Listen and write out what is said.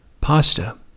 pasta